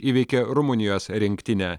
įveikė rumunijos rinktinę